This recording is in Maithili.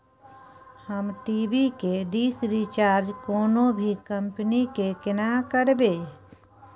हम टी.वी के डिश रिचार्ज कोनो भी कंपनी के केना करबे?